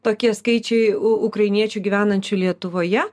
tokie skaičiai ukrainiečių gyvenančių lietuvoje